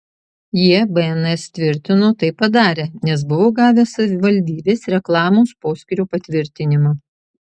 jie bns tvirtino tai padarę nes buvo gavę savivaldybės reklamos poskyrio patvirtinimą